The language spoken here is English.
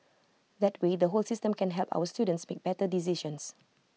that way the whole system can help our students make better decisions